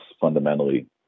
fundamentally